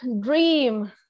dream